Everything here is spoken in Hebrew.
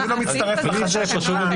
אני לא מצטרף לחשש שלך,